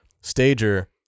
stager